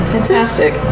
Fantastic